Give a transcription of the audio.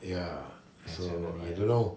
ya so I don't know